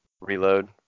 reload